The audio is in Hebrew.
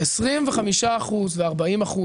25% ו-40%,